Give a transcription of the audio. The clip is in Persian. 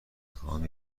خواهم